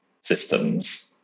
systems